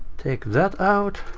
take that out,